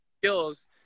skills